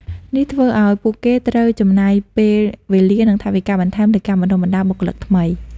នេះធ្វើឱ្យពួកគេត្រូវចំណាយពេលវេលា និងថវិកាបន្ថែមលើការបណ្តុះបណ្តាលបុគ្គលិកថ្មី។